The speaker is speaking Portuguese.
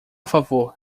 favor